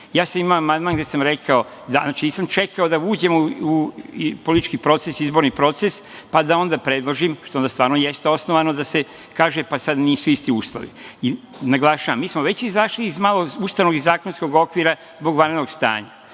ja sam imao amandman gde sam rekao… Znači, nisam čekao da uđemo u politički proces, pa da onda predložim, što onda stvarno jeste osnovano da se kaže – pa, sada nisu isti uslovi. Naglašavam, mi smo već izašli iz ustavnog i zakonskog okvira zbog vanrednog stanja.